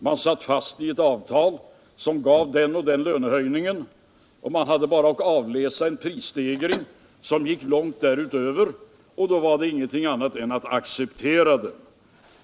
Man satt fast i ett avtal som gav den och den lönehöjningen. Man hade bara att avläsa en prisstegring som gick långt därutöver, och det fanns ingenting annat att göra än att acceptera den.